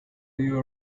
you